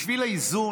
בשביל האיזון,